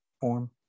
form